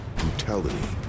brutality